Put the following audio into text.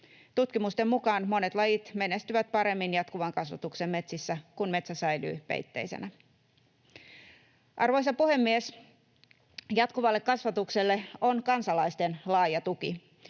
Tutkimusten mukaan monet lajit menestyvät paremmin jatkuvan kasvatuksen metsissä, kun metsä säilyy peitteisenä. Arvoisa puhemies! Jatkuvalle kasvatukselle on kansalaisten laaja tuki.